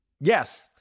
Yes